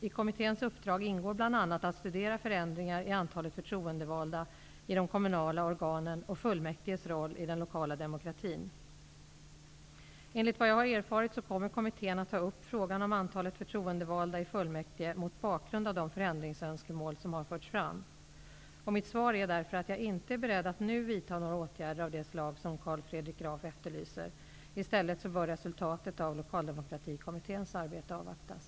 I kommitténs uppdrag ingår bl.a. att studera förändringar i antalet förtroendevalda i de kommunala organen och fullmäktiges roll i den lokala demokratin. Enligt vad jag har erfarit kommer kommittén att ta upp frågan om antalet förtroendevalda i fullmäktige mot bakgrund av de förändringsönskemål som har förts fram. Mitt svar är därför att jag inte är beredd att nu vidta några åtgärder av det slag som Carl Fredrik Graf efterlyser. I stället bör resultatet av Lokaldemokratikommitténs arbete avvaktas.